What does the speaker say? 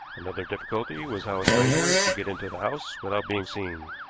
another difficulty was how a stranger could get into the house without being seen.